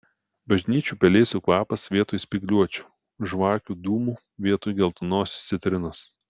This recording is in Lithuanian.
bažnyčių pelėsių kvapas vietoj spygliuočių žvakių dūmų vietoj geltonosios citrinos